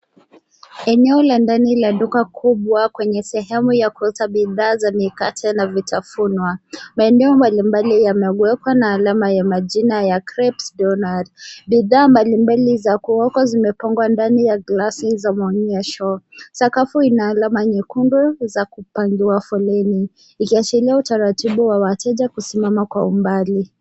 Eneo la ndani la duka kubwa kwenye sehemu ya kuoka bidhaa za mikate na vitafunwa. Maeneo mbalimbali yamewekwa na alama ya majina ya creepes donald . Bidhaa mbalimbali za kuokwa zimepangiwa ndani ya glasi za maonyehso. Sakafu ina alama nyekundu za kupangiwa foleni ikiashiria utaratibu wa wateja kusimama kwa umbali.